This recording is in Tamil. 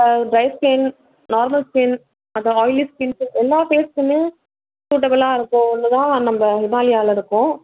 ஆ ட்ரை ஸ்கின் நார்மல் ஸ்கின் அப்புறம் ஆயிலி ஸ்கின்ஸ்ஸு எல்லா ஃபேஸ்க்குமே சூட்டபிளாக இருக்கும் ஒன்றுதான் நம்ப ஹிமாலயாவில் இருக்கும்